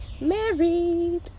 married